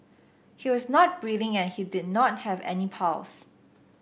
he was not breathing and he did not have any pulse